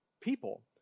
people